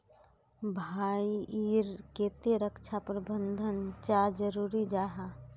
भाई ईर केते रक्षा प्रबंधन चाँ जरूरी जाहा?